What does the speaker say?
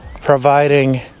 providing